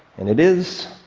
and it is.